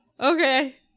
Okay